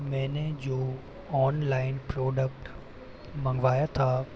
मैंने जो online product मंगवाया था